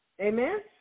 Amen